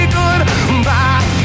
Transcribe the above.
goodbye